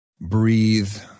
breathe